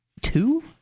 two